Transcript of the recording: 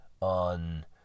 on